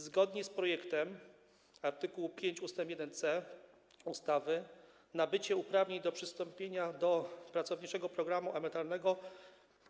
Zgodnie z projektowanym art. 5 ust. 1c ustawy nabycie uprawnień do przystąpienia do pracowniczego programu emerytalnego